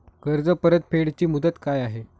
कर्ज परतफेड ची मुदत काय आहे?